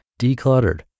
decluttered